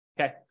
okay